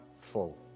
full